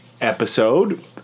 Episode